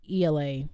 ELA